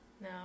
No